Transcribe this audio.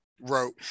wrote